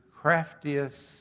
craftiest